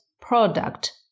product